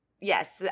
yes